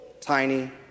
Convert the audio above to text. tiny